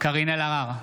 קארין אלהרר,